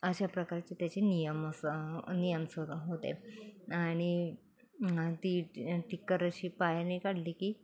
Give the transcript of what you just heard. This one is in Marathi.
अशा प्रकारचे त्याचे नियम असं नियमच होते आणि ती टिकर अशी पायाने काढली की